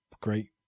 great